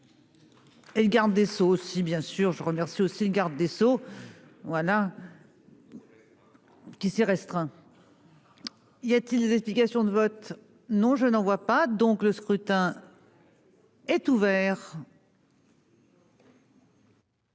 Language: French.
Et le garde des Sceaux. Si bien sûr je remercie aussi le garde des Sceaux. Voilà. Qui s'est restreint. Y a-t-il des explications de vote. Non, je n'en vois pas donc le scrutin. Est ouvert.